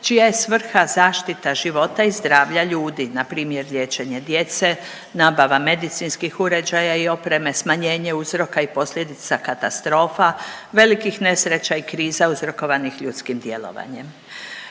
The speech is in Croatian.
čija je svrha zaštita života i zdravlja ljudi, npr. liječenje djece, nabava medicinskih uređaja i opreme, smanjenje uzroka i posljedica katastrofa, velikih nesreća i kriza uzrokovanih ljudskim djelovanjem,